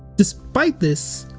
despite this,